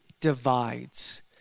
divides